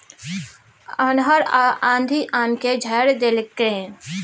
अन्हर आ आंधी आम के झाईर देलकैय?